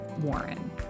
Warren